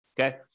okay